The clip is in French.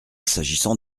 s’agissant